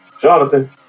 Jonathan